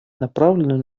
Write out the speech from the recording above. направленную